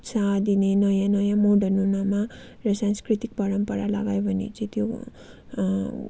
उत्साह दिने नयाँ नयाँ मोर्डन हुनुमा र सांस्कृतिक परम्परा लगायो भने चाहिँ त्यो